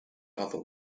other